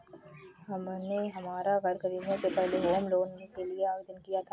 हमने हमारा घर खरीदने से पहले होम लोन के लिए आवेदन किया था